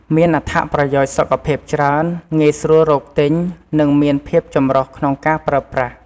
មានអត្ថប្រយោជន៍សុខភាពច្រើន ងាយស្រួលរកទិញ និងមានភាពចម្រុះក្នុងការប្រើប្រាស់។